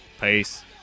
Peace